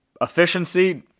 Efficiency